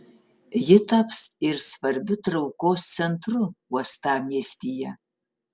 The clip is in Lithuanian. ji taps ir svarbiu traukos centru uostamiestyje